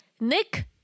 Nick